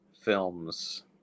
films